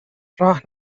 راه